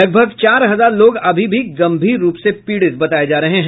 लगभग चार हजार लोग अभी भी गंभीर रूप से पीड़ित बताये जा रहे हैं